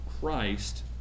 Christ